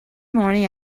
morning